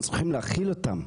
אנחנו צריכים להכיל אותם,